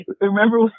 Remember